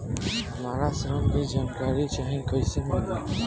हमरा ऋण के जानकारी चाही कइसे मिली?